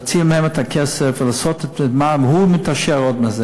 להוציא מהן את הכסף ולעשות את מה שהוא עוד מתעשר ממנו.